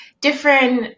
different